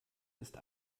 ist